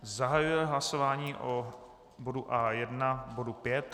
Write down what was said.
Zahajuji hlasování o bodu A1, bodu 5.